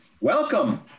welcome